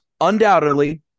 undoubtedly